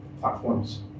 platforms